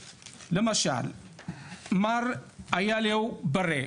מר איילהו ברה,